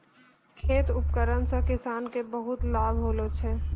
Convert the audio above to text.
खेत उपकरण से किसान के बहुत लाभ होलो छै